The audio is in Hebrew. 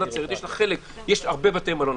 יש בה הרבה בתי מלון,